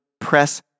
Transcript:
press